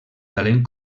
talent